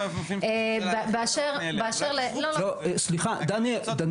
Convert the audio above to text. סליחה, אני